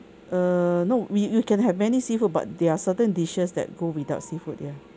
err no we you can have many seafood but there are certain dishes that go without seafood ya